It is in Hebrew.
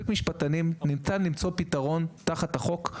משפטנים ניתן למצוא פתרון תחת החוק,